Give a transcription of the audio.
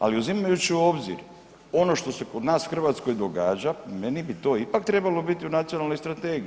Ali uzimajući u obzir ono što se kod nas u Hrvatskoj događa meni bi to ipak trebalo biti u nacionalnoj strategiji.